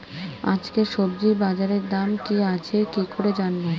আজকে সবজি বাজারে দাম কি আছে কি করে জানবো?